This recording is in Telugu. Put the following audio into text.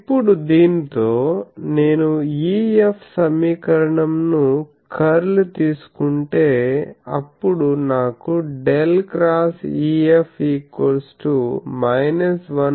ఇప్పుడు దీనితో నేను EF సమీకరణం కు కర్ల్ తీసుకుంటే అప్పుడు నాకు ∇ X EF